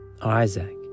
Isaac